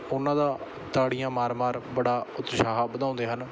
ਉਹਨਾਂ ਦਾ ਤਾੜੀਆਂ ਮਾਰ ਮਾਰ ਬੜਾ ਉਤਸ਼ਾਹ ਵਧਾਉਂਦੇ ਹਨ